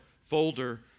folder